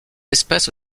espèce